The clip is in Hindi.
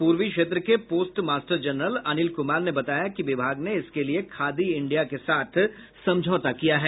पूर्वी क्षेत्र के postmaster general Anil Kumar ने बताया कि विभाग ने इसके लिए खादी इंडिया के साथ समझौता किया है